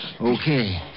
Okay